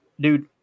dude